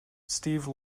steve